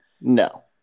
No